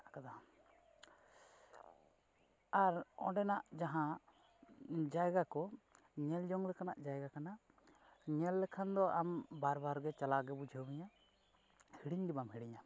ᱟᱨ ᱚᱸᱰᱮᱱᱟᱜ ᱡᱟᱦᱟᱸ ᱡᱟᱭᱜᱟ ᱠᱚ ᱧᱮᱞ ᱡᱚᱝ ᱞᱮᱠᱟᱱᱟᱜ ᱡᱟᱭᱜᱟ ᱠᱟᱱᱟ ᱧᱮᱞ ᱞᱮᱠᱷᱟᱱ ᱫᱚ ᱟᱢ ᱵᱟᱨ ᱵᱟᱨ ᱜᱮ ᱪᱟᱞᱟᱣ ᱜᱮ ᱵᱩᱡᱷᱟᱹᱣ ᱢᱮᱭᱟ ᱦᱤᱲᱤᱧ ᱜᱮ ᱵᱟᱢ ᱦᱤᱲᱤᱧᱟ